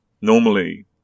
normally